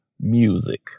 music